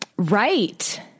Right